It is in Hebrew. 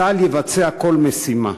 צה"ל יבצע כל משימה,